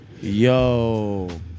Yo